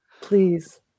Please